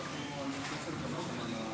אדוני.